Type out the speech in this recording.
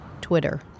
Twitter